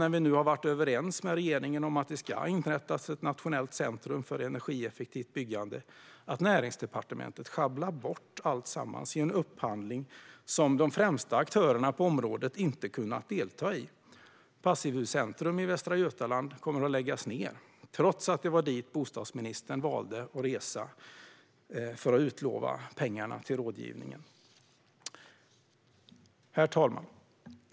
När vi nu har varit överens med regeringen om att det ska inrättas ett nationellt centrum för energieffektivt byggande är det ytterst beklagligt att Näringsdepartementet sjabblar bort alltsammans i en upphandling som de främsta aktörerna på området inte kunnat delta i. Passivhuscentrum i Västra Götaland kommer att läggas ned, trots att det var dit bostadsministern valde att resa för att utlova pengar till rådgivning. Herr talman!